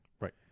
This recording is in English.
Right